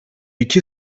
iki